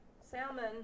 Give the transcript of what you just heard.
Salmon